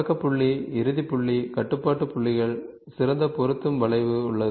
தொடக்க புள்ளி இறுதி புள்ளி கட்டுப்பாட்டு புள்ளிகள் சிறந்த பொருத்தம் வளைவு உள்ளது